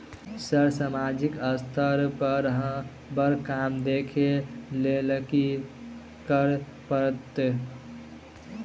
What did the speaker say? Sir सामाजिक स्तर पर बर काम देख लैलकी करऽ परतै?